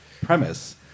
premise